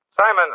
Simon